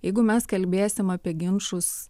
jeigu mes kalbėsim apie ginčus